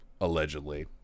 allegedly